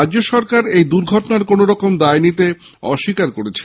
রাজ্য সরকার এই দুর্ঘটনার কোন রকম দায় নিতে অস্বীকার করেছেন